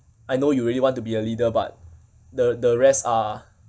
I know you really want to be a leader but the the rest are